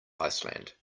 iceland